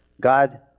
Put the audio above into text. God